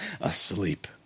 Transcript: asleep